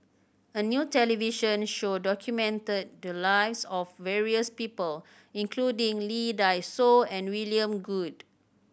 a new television show documented the lives of various people including Lee Dai Soh and William Goode